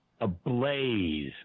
ablaze